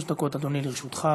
שלוש דקות, אדוני, לרשותך.